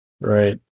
right